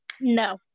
No